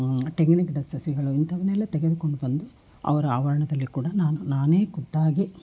ತೆಂಗಿನ ಗಿಡದ ಸಸಿಗಳು ಇಂಥವನ್ನೆಲ್ಲ ತೆಗೆದ್ಕೊಂಡು ಬಂದು ಅವರ ಆವರಣದಲ್ಲಿ ಕೂಡ ನಾನು ನಾನೇ ಖುದ್ದಾಗಿ